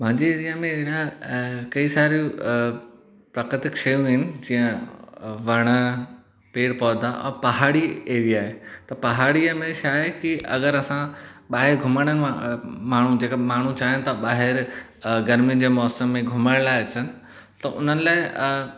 मुंहिंजे एरिया में एॾा कई सारियूं प्राक्रतिक शयूं आहिनि जीह वण पेड़ पोधा अहु पहाड़ी एरिया आहे त पहाड़ीअ में छाहे की अगरि असां ॿाहिरि घुमण माण्हूं जेका माण्हूं चाहि था ॿाहिरि गर्मियुनि जे मौसमु में घुमण लाइ अचनि त उन्हनि लाइ